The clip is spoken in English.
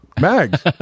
Mags